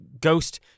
ghost